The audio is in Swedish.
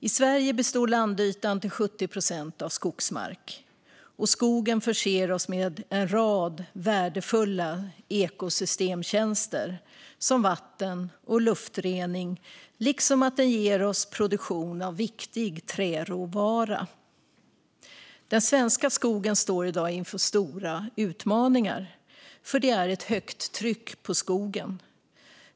I Sverige består landytan till 70 procent av skogsmark, och skogen förser oss med en rad värdefulla ekosystemtjänster som vatten och luftrening och ger oss dessutom viktig träråvara. Den svenska skogen står i dag inför stora utmaningar, för det är ett högt tryck på skogen.